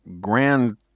grand